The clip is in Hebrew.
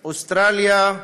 אוסטרליה,